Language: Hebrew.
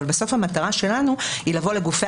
אבל בסוף המטרה שלנו היא לבוא לגופי